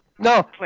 No